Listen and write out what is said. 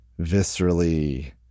viscerally